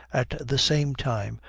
at the same time,